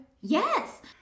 yes